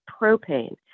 propane